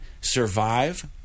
Survive